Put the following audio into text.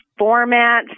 formats